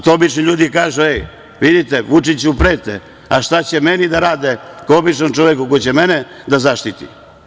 To obični ljudi kažu – e, vidite, Vučiću prete, a šta će meni da rade kao običnom čoveku, ko će mene da zaštiti?